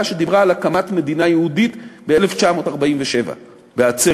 שדיברה על הקמת מדינה יהודית ב-1947 בעצרת